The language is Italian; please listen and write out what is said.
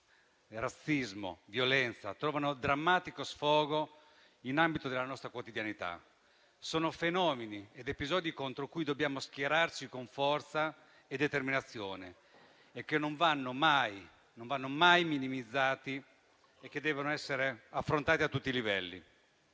razzismo e violenza trovano un drammatico sfogo nell'ambito della nostra quotidianità. Sono fenomeni ed episodi contro cui dobbiamo schierarci con forza e determinazione, che non vanno mai minimizzati e devono essere affrontati a tutti i livelli.